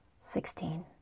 Sixteen